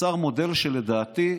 מודל שלדעתי,